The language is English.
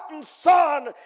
son